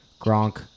Gronk